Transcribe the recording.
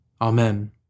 Amen